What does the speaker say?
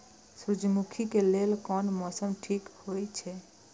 सूर्यमुखी के लेल कोन मौसम ठीक हे छे?